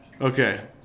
Okay